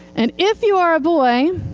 and if you are a boy,